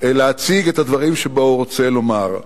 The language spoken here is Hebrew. להציג את הדברים שהוא רוצה לומר.